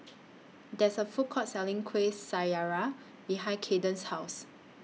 There IS A Food Court Selling Kuih Syara behind Kaiden's House